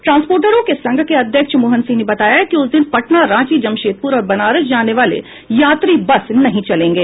ट्रांसपोटरों के संघ के अध्यक्ष मोहन सिंह ने बताया कि उस दिन पटना रांची जमशेदपुर और बनारस जाने वाले यात्री बस नहीं चलेंगे